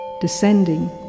descending